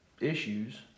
issues